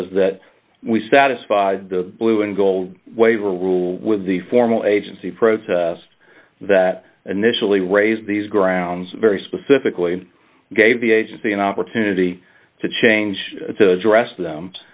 is that we satisfied the blue and gold waiver rules with the formal agency protest that and micheline raised these grounds very specifically gave the agency an opportunity to change to address them